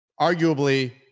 arguably